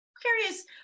curious